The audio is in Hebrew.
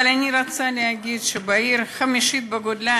אבל אני רוצה להגיד שבעיר החמישית בגודלה,